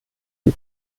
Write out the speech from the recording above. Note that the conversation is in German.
die